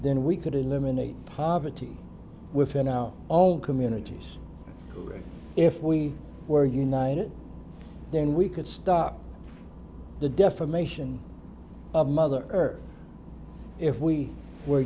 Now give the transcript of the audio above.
then we could eliminate poverty within our all communities if we were united then we could stop the defamation of mother earth if we were